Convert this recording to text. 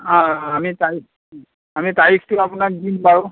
অঁ আমি তাৰিখ আমি তাৰিখটো আপোনাক দিম বাৰু